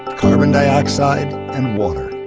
carbon dioxide and water.